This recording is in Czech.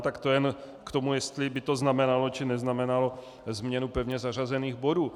Tak to jen k tomu, jestli by to znamenalo, či neznamenalo změnu pevně zařazených bodů.